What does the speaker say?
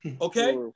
okay